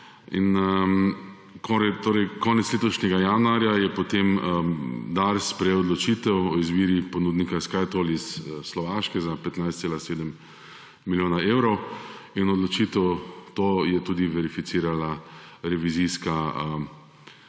Konec letošnjega januarja je potem Dars sprejel odločitev o izbiri ponudnika Skytoll iz Slovaške za 15,7 milijona evrov in to odločitev je tudi verificirala revizijska